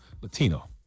Latino